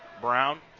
Brown